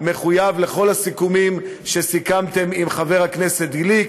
מחויב לכל הסיכומים שסיכמתם עם חבר הכנסת גליק,